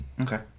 Okay